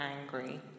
angry